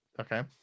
okay